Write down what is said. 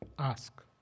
Ask